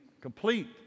Complete